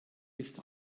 ist